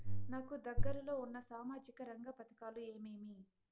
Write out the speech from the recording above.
నాకు దగ్గర లో ఉన్న సామాజిక రంగ పథకాలు ఏమేమీ?